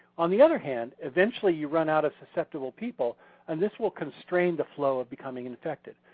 on the other hand, eventually you run out of susceptible people and this will constrain the flow of becoming infected.